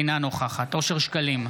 אינה נוכחת אושר שקלים,